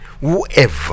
Whoever